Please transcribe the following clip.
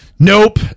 Nope